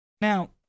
Now